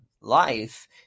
life